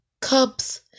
cubs